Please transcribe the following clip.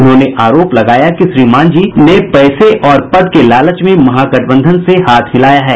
उन्होंने आरोप लगाया कि श्री मांझी ने पैसे और पद के लालच में महागठबंधन से हाथ मिलाया है